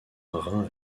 rein